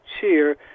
cheer